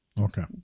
Okay